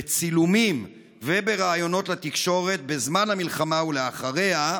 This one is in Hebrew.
בצילומים ובראיונות לתקשורת, בזמן המלחמה ואחריה,